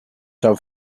some